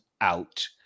out